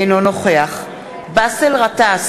אינו נוכח באסל גטאס,